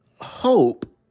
hope